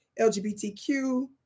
LGBTQ